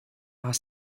are